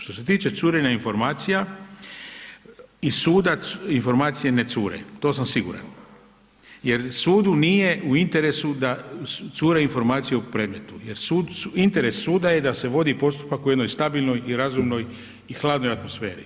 Što se tiče curenja informacija, iz suda informacije ne cure, to sam siguran, jer sudu nije u interesu da cure informacije u predmetu jer interes suda je da se vodi postupak u jednoj stabilnoj i razumnoj i hladnoj atmosferi.